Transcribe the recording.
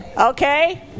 Okay